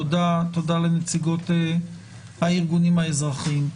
תודה לנציגות הארגונים האזרחיים.